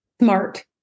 Smart